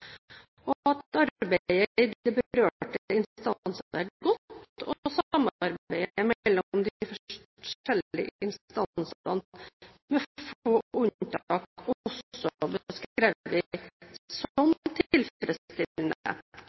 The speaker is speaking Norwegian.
Arbeidet i de berørte instanser er godt, og samarbeidet mellom de forskjellige instansene er med få unntak også beskrevet som tilfredsstillende.